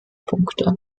punkte